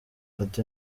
ati